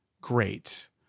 great